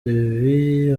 ibi